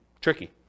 tricky